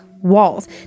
walls